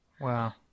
Wow